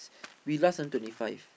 we last until twenty five